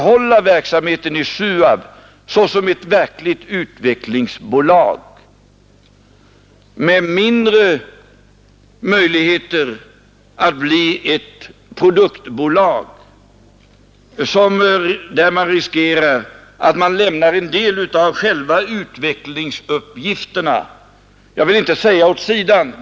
Till herr Sjönell behöver jag kanske inte säga så mycket. Han har varit litet kritisk mot mitt svar, även om han till att börja med uppfattade det som positivt.